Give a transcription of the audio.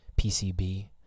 PCB